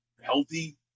healthy